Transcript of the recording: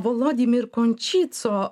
volodymyr končyco